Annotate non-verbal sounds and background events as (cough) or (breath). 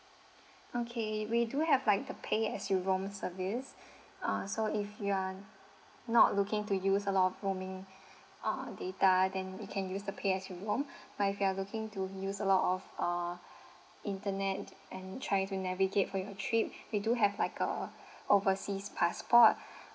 okay we do have like the pay as you roam service uh so if you are not looking to use a lot of roaming uh data then you can use the pay as you roam but if you are looking to use a lot of uh internet and try to navigate for your trip we do have like a overseas passport (breath)